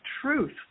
truth